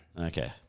Okay